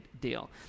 deal